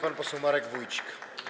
Pan poseł Marek Wójcik.